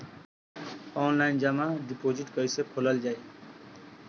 Online जमा deposit कैसे खोलल जाइ?